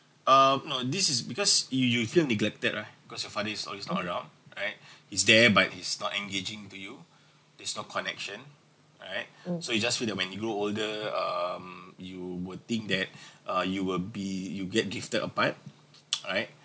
um no this is because you you feel neglected right cause your father is always not around all right he's there but he's not engaging to you there's no connection all right so you just feel that when he grow older um you would think that uh you would be you get drifted apart all right